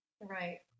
right